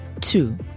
Two